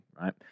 right